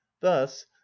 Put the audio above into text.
thus